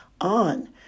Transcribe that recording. on